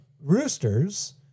roosters